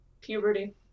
Puberty